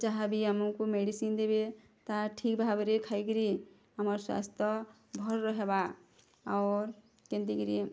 ଯାହା ବି ଆମକୁ ମେଡ଼ିସିନ୍ ଦେବେ ତାହା ଠିକ୍ ଭାବରେ ଖାଇକିରି ଆମର୍ ସ୍ୱସ୍ଥ୍ୟ ଭଲ୍ ରହେବା ଔର୍ କେନ୍ତି କିରି